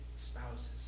spouses